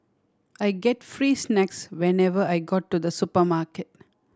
I get free snacks whenever I go to the supermarket